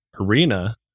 arena